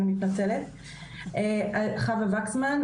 חוה וקסמן,